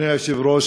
אדוני היושב-ראש,